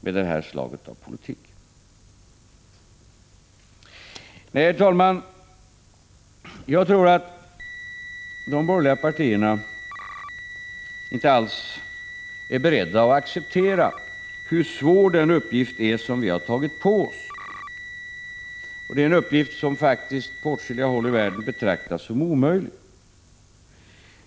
Herr talman! De borgerliga partierna är inte alls beredda att acceptera hur svår den uppgift är som vi har tagit på oss. Det är en uppgift som på åtskilliga håll i världen faktiskt betraktas som omöjlig.